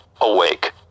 Awake